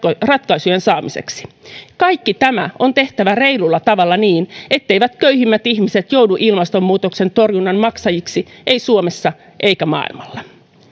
ratkaisujen saamiseksi kaikki tämä on tehtävä reilulla tavalla niin etteivät köyhimmät ihmiset joudu ilmastonmuutoksen torjunnan maksajiksi eivät suomessa eivätkä maailmalla